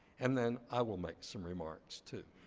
and then i will make some remarks, too.